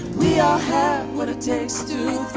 we ah have what it takes to